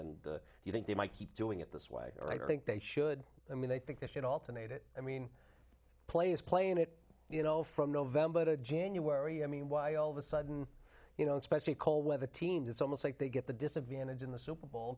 and you think they might keep doing it this way or i think they should i mean they think they should alternate it i mean play is playing it you know from november to january i mean why all of a sudden you know especially cold weather teams it's almost like they get the disadvantage in the super bowl